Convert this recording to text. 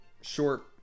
short